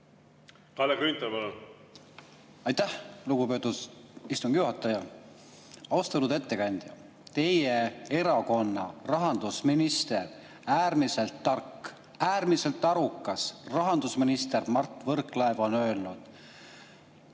Kalle Grünthal, palun! Aitäh, lugupeetud istungi juhataja! Austatud ettekandja! Teie erakonna rahandusminister, äärmiselt tark, äärmiselt arukas rahandusminister Mart Võrklaev on öelnud: